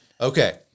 Okay